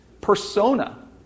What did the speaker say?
Persona